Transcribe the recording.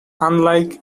unlike